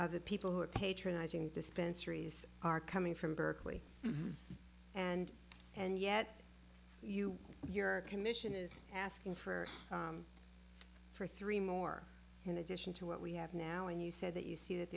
of the people who are patronizing dispensary are coming from berkeley and and yet you your commission is asking for for three more in addition to what we have now and you say that you see that